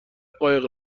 قایق